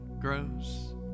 grows